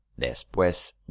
después